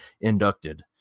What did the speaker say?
inducted